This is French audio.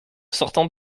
sortant